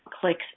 clicks